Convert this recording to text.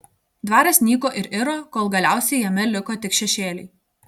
dvaras nyko ir iro kol galiausiai jame liko tik šešėliai